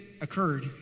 occurred